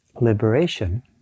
Liberation